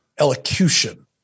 elocution